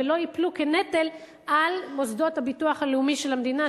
ולא ייפלו כנטל על מוסדות הביטוח הלאומי של המדינה,